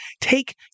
take